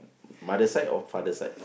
mother side or father side